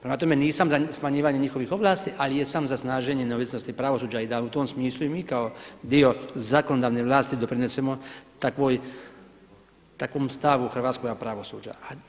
Prema tome nisam za smanjivanje njihovih ovlasti ali jesam za snaženje neovisnosti pravosuđa i da u tom smislu i mi kao dio zakonodavne vlasti doprinesemo takvom stavu hrvatskoga pravosuđa.